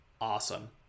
awesome